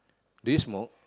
do you smoke